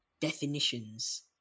definitions